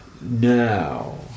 Now